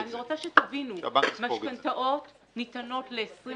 אני רוצה שתבינו משכנתאות ניתנות ל-25,